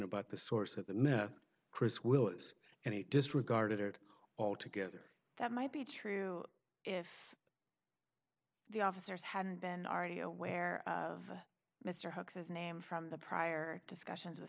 about the source of the meth chris willis and he disregarded it altogether that might be true if the officers hadn't been already aware of mr hucks his name from the prior discussions with